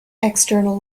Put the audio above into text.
external